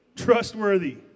Trustworthy